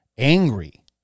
angry